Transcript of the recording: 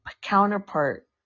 counterpart